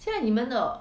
现在你们的